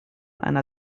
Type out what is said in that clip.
einer